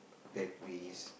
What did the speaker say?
bad ways